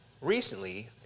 Recently